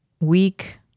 week